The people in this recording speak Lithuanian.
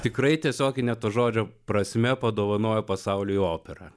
tikrai tiesiogine to žodžio prasme padovanojo pasauliui operą